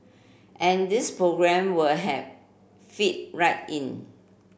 and these program we have fit right in